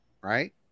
right